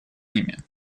ними